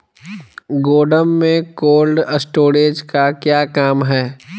गोडम में cold storage का क्या काम है?